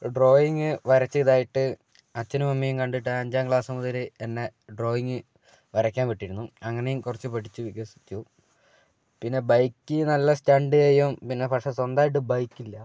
drawing വരച്ച് ഇതായിട്ട് അച്ഛനും അമ്മയും കണ്ടിട്ട് അഞ്ചാം ക്ലാസു മുതൽ എന്നെ ഡ്രോയിങ്ങ് വരയ്ക്കാൻ വിട്ടിരുന്നു അങ്ങനെയും കുറച്ചു പഠിച്ചു വികസിച്ചു പിന്നെ ബൈക്ക് നല്ല സ്റ്റണ്ട് ചെയ്യും പിന്നെ പക്ഷെ സ്വന്തമായിട്ട് ബൈക്കില്ല